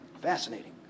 Fascinating